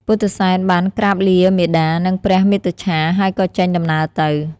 ពុទ្ធិសែនបានក្រាបលាមាតា និងព្រះមាតុច្ឆាហើយក៏ចេញដំណើរទៅ។